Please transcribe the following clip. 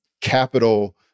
capital